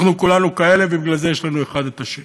אנחנו כולנו כאלה, ובגלל זה יש לנו אחד את השני.